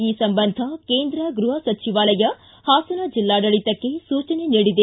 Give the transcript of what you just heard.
ಈ ಸಂಬಂಧ ಕೇಂದ್ರ ಗೃಹ ಸಚಿವಾಲಯ ಹಾಸನ ಜಿಲ್ಲಾಡಳಿತಕ್ಕೆ ಸೂಚನೆ ನೀಡಿದೆ